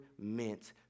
meant